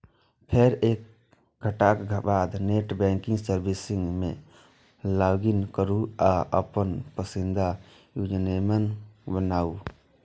फेर एक घंटाक बाद नेट बैंकिंग सर्विस मे लॉगइन करू आ अपन पसंदीदा यूजरनेम बनाउ